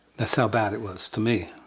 that's how bad it was to me.